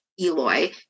Eloy